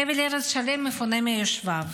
חבל ארץ שלם מפונה מיושביו.